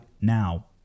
now